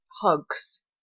hugs